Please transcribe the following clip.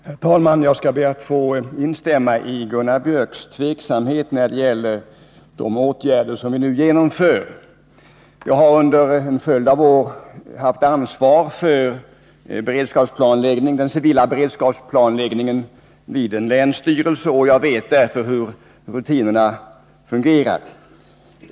Herr talman! Jag skall be att få instämma med Gunnar Biörck i Värmdö Onsdagen den när det gäller tveksamheten inför de åtgärder som vi nu skall besluta att 18 februari 1981 genomföra. Jag har under en följd av år haft ansvar för den civila beredskapsplan Kommunal beredläggningen vid en länsstyrelse, och jag vet därför hur rutinerna fungerar.